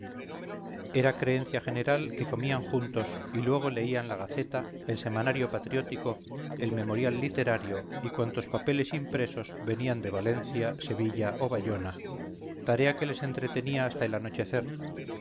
era creencia general que comían juntos y luego leían la gaceta el semanario patriótico el memorial literario y cuantos papeles impresos venían de valencia sevilla o bayona tarea que les entretenía hasta el anochecer